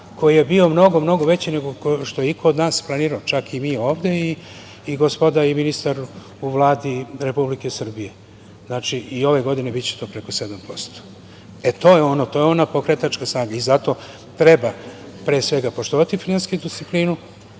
koji je bio mnogo veći nego što je iko od nas planirao, čak i mi ovde i gospoda i ministar u Vladi Republike Srbije. Znači, i ove godine biće preko 7%. To je ona pokretačka snaga. Zato treba, pre svega, poštovati finansijsku disciplinu.